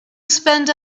spend